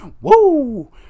Woo